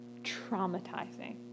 traumatizing